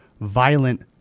violent